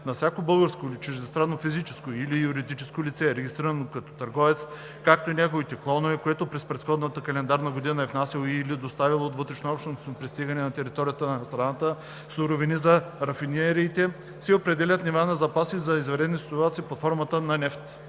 На всяко българско или чуждестранно физическо или юридическо лице, регистрирано като търговец, както и неговите клонове, което през предходната календарна година е внасяло и/или доставяло от вътрешнообщностни пристигания на територията на страната суровини за рафинериите, се определят нива на запаси за извънредни ситуации под формата на нефт.“